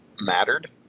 mattered